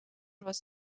was